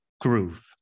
groove